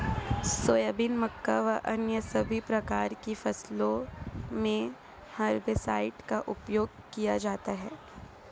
soybean, मक्का व अन्य सभी प्रकार की फसलों मे हेर्बिसाइड का उपयोग किया जाता हैं